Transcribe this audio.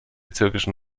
türkischen